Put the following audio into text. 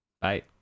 Bye